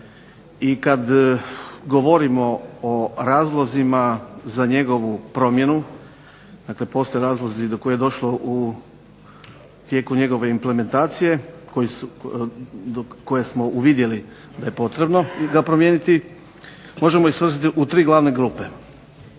i kad govorimo o razlozima za njegovu promjenu, dakle postoje razlozi do kojih je došlo u tijeku njegove implementacije, koje smo uvidjeli da je potrebno ga promijeniti, možemo ih svrstati u tri glavne grupe.